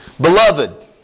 Beloved